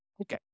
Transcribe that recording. Okay